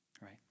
right